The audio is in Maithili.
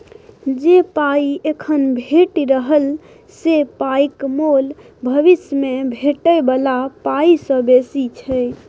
जे पाइ एखन भेटि रहल से पाइक मोल भबिस मे भेटै बला पाइ सँ बेसी छै